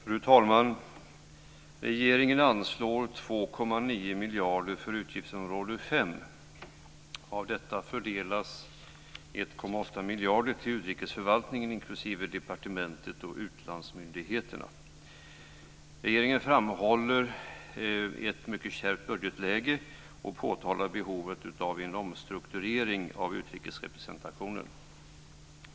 Fru talman! Regeringen anslår 2,9 miljarder för utgiftsområde 5. Av detta fördelas 1,8 miljarder till utrikesförvaltningen inklusive departementet och utlandsmyndigheterna. Regeringen framhåller ett mycket kärvt budgetläge och påtalar behovet av en omstrukturering av utrikesrepresentationen.